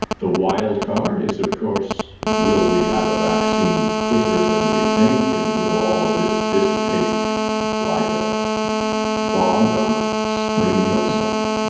the wild card is, of course. will we have a vaccine quicker than we think? and will all of this dissipate like a far gone of springhill side?